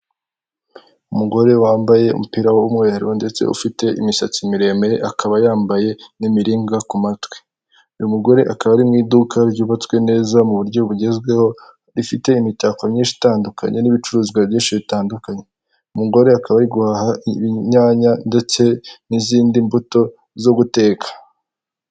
Umugore wambaye umupira w'umweru ndetse ufite imisatsi miremire, akaba yambaye n'imiringa ku matwi. Uyu mugore akaba ari mu iduka ryubatswe neza mu buryo bugezweho, rifite imitako myinshi itandukanye n'ibicuruzwa byinshi bitandukanye. Umugore akaba ari guhaha inyanya ndetse n'izindi mbuto zo guteka.